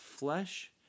Flesh